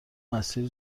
مسیر